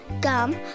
gum